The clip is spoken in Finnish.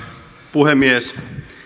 puhemies